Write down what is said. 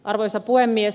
arvoisa puhemies